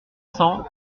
cents